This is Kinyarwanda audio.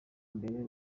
mbere